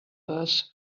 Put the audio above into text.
earth